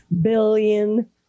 Billion